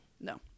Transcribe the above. no